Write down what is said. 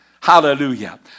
Hallelujah